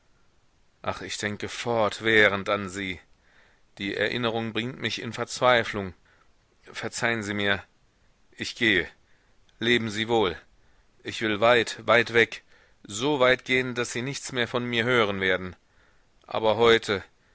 ach ich denke fortwährend an sie die erinnerung bringt mich in verzweiflung verzeihen sie mir ich gehe leben sie wohl ich will weit weit weg so weit gehen daß sie nichts mehr von mir hören werden aber heute